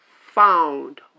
found